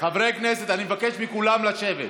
חברי הכנסת, אני מבקש מכולם לשבת.